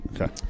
Okay